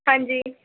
ਹਾਂਜੀ